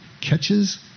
catches